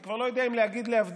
אני כבר לא יודע אם להגיד להבדיל,